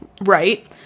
Right